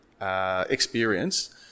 experience